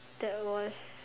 that was